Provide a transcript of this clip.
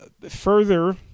further